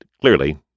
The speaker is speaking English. clearly